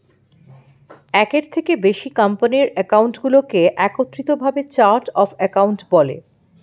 একের থেকে বেশি কোম্পানির অ্যাকাউন্টগুলোকে একত্রিত ভাবে চার্ট অফ অ্যাকাউন্ট বলে